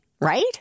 right